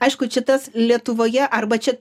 aišku čia tas lietuvoje arba čia